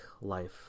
life